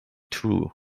true